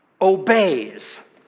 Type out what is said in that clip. obeys